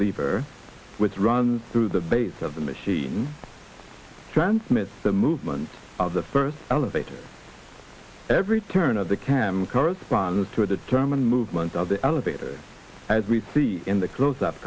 lever which runs through the base of the machine transmits the movement of the first elevator every turn of the cam corresponds to a determined movement of the elevator as we see in the close up